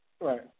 Right